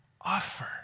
Offer